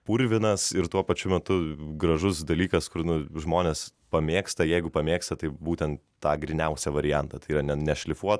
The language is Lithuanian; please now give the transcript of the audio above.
purvinas ir tuo pačiu metu gražus dalykas kur nu žmonės pamėgsta jeigu pamėgsta tai būtent tą gryniausią variantą tai yra ne nešlifuotą